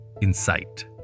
insight